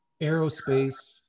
aerospace